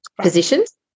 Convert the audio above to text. positions